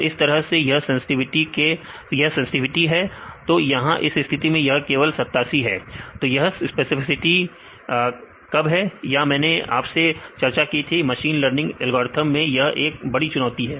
तो इस स्थिति में यह सेंसटिविटी है तो यहां इस स्थिति में यह केवल 87 है तो यह स्पेसिफिसिटी कब है या मैंने आप से चर्चा की थी की मशीन लर्निंग में यह एक चुनौती है